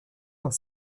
dans